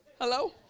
Hello